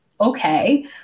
okay